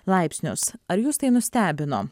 laipsnius ar jus tai nustebino